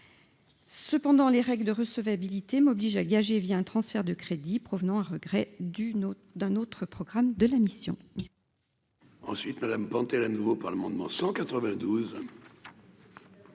cependant, les règles de recevabilité m'oblige à gager via un transfert de crédits provenant à regret d'une autre, d'un autre programme de la mission.